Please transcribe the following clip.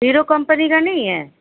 hero company का नहीं है